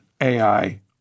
AI